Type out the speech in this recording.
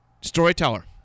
storyteller